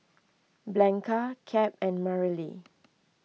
Blanca Cap and Mareli